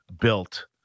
built